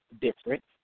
different